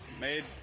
made